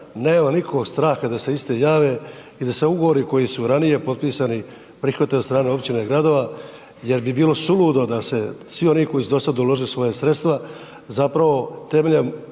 nema nitko straha da se iste jave i da se ugovori koji su ranije potpisani, prihvate od strane općina i gradova jer bi bilo bilo suludo da se svi oni koji su dosad uložili svoja sredstva zapravo temeljem